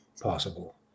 possible